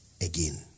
again